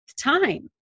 time